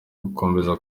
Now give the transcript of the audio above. gukomeza